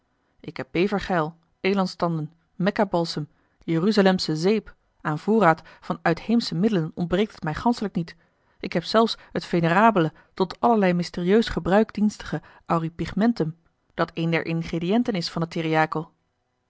ik heb bevergeil elandstanden mekka balsem jeruzalemsche zeep aan voorraad van uitheemsche middelen ontbreekt het mij ganschelijk niet ik heb zelfs het venerabele tot allerlei mysterieus gebruik dienstige auripigmentum dat een der ingrediënten is van het